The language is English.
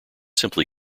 simply